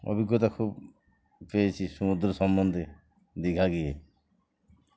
অভিজ্ঞতা খুব পেয়েছি সমুদ্র সম্বন্ধে দীঘা গিয়ে